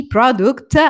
Product